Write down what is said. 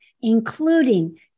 including